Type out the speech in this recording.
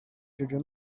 jojo